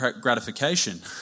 gratification